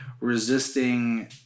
resisting